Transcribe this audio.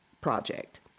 project